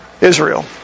Israel